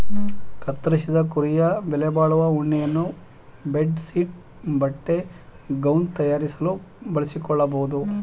ಕತ್ತರಿಸಿದ ಕುರಿಯ ಬೆಲೆಬಾಳುವ ಉಣ್ಣೆಯನ್ನು ಬೆಡ್ ಶೀಟ್ ಬಟ್ಟೆ ಗೌನ್ ತಯಾರಿಸಲು ಬಳಸಿಕೊಳ್ಳಬೋದು